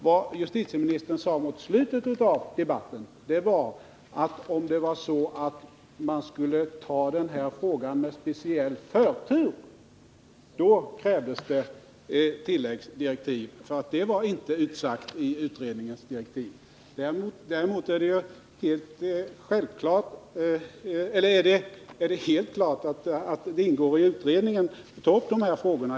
Vad justitieministern sade mot slutet av debatten var att det, om denna fråga skulle behandlas med speciell förtur, krävs tilläggsdirektiv, eftersom en sådan ordning inte var inskriven i utredningens direktiv. Däremot är det helt klart att det ingår i utredningens uppdrag att ta upp dessa frågor.